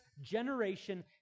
generation